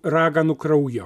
raganų kraujo